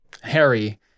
Harry